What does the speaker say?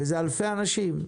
זה אלפי אנשים.